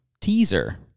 teaser